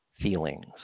feelings